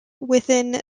within